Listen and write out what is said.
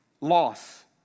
loss